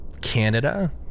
Canada